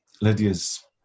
lydia's